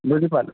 বুজি পালোঁ